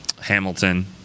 Hamilton